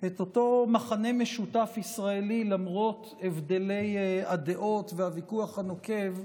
את אותו מכנה משותף ישראלי למרות הבדלי הדעות והוויכוח הנוקב,